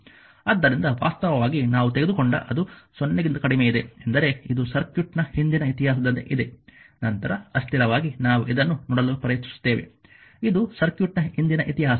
ಆದ್ದರಿಂದ ವಾಸ್ತವವಾಗಿ ನಾವು ತೆಗೆದುಕೊಂಡಾಗ ಅದು 0 ಗಿಂತ ಕಡಿಮೆಯಿದೆ ಎಂದರೆ ಇದು ಸರ್ಕ್ಯೂಟ್ನ ಹಿಂದಿನ ಇತಿಹಾಸದಂತೆಯೇ ಇದೆ ನಂತರ ಅಸ್ಥಿರವಾಗಿ ನಾವು ಇದನ್ನು ನೋಡಲು ಪ್ರಯತ್ನಿಸುತ್ತೇವೆ ಇದು ಸರ್ಕ್ಯೂಟ್ನ ಹಿಂದಿನ ಇತಿಹಾಸ